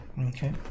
Okay